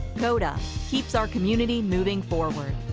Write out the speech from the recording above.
cota keeps our community moving forward.